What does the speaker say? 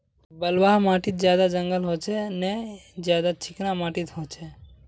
बलवाह माटित ज्यादा जंगल होचे ने ज्यादा चिकना माटित होचए?